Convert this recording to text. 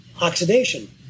oxidation